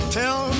tell